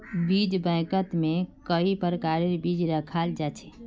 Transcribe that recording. बीज बैंकत में कई प्रकारेर बीज रखाल जा छे